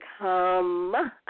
come